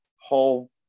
whole